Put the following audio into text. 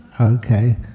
Okay